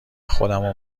خودمو